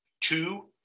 two